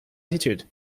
altitude